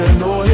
no